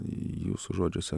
jūsų žodžiuose